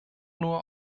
nur